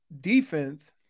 defense